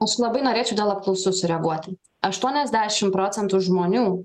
aš labai norėčiau dėl apklausų sureaguoti aštuoniasdešim procentų žmonių